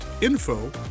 info